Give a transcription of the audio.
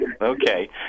Okay